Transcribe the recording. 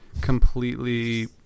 completely